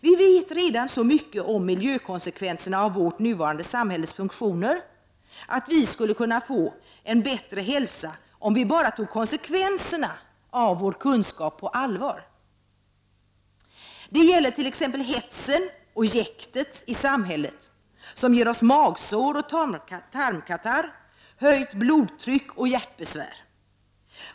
Vi vet redan så mycket om miljökonsekvenserna av vårt nuvarande samhälles funktioner att vi skulle kunna få en bättre hälsa om vi bara på allvar tog konsekvenserna av vår kunskap. Det gäller t.ex. hetsen och jäktet i samhället, som ger oss magsår, tarmkatarr, högt blodtryck och hjärtbesvär.